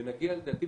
ולדעתי,